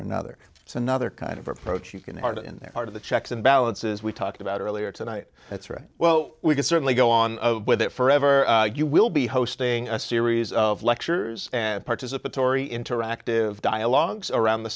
another it's another kind of approach you can argue in their part of the checks and balances we talked about earlier tonight that's right well we can certainly go on with it forever you will be hosting a series of lectures and participatory interactive dialogues around the